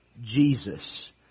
Jesus